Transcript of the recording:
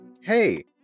hey